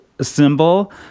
symbol